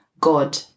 God